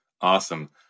Awesome